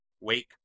Wake